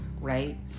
right